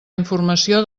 informació